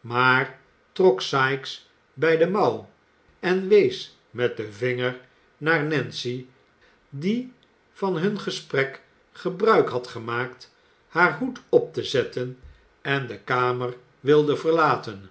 maar trok sikes bij de mouw en wees met den vinger naar nancy die van hun gesprek gebruik had gemaakt haar hoed op te zetten en de kamer wilde verlaten